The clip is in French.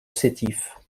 sétif